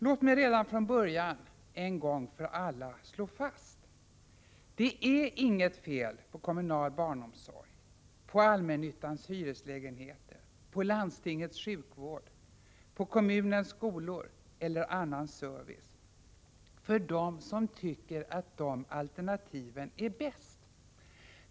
Låt mig redan från början en gång för alla slå fast att det inte är något fel på kommunal barnomsorg, på allmännyttans hyreslägenheter, på landstingens sjukvård, på kommunens skolor eller annan service, för dem som tycker att de alternativen är bäst.